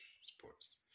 Sports